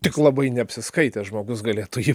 tik labai neapsiskaitęs žmogus galėtų jį